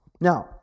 Now